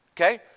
Okay